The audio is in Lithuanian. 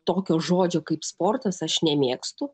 tokio žodžio kaip sportas aš nemėgstu